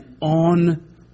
on